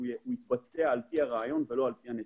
השיבוץ יתבצע על פי הראיון ולא על פי הנתונים.